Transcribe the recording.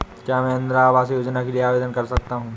क्या मैं इंदिरा आवास योजना के लिए आवेदन कर सकता हूँ?